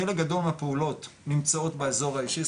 חלק גדול מהפעולות נמצאות באזור האישי,